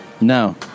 No